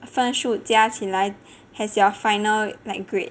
分数加起来 as your final like grade